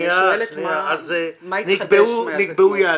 אני שואלת מה התחדש מאז.